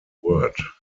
word